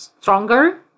stronger